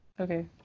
Okay